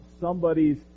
somebody's